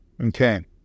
Okay